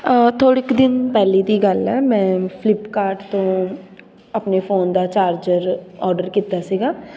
ਥੋੜ੍ਹੇ ਕੁ ਦਿਨ ਪਹਿਲਾਂ ਦੀ ਗੱਲ ਹੈ ਮੈਂ ਫਲਿਪਕਾਰਟ ਤੋਂ ਆਪਣੇ ਫੋਨ ਦਾ ਚਾਰਜਰ ਔਡਰ ਕੀਤਾ ਸੀਗਾ